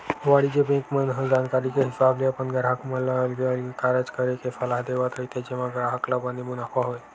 वाणिज्य बेंक मन ह जानकारी के हिसाब ले अपन गराहक मन ल अलगे अलगे कारज करे के सलाह देवत रहिथे जेमा ग्राहक ल बने मुनाफा होय